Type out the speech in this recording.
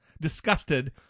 disgusted